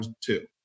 two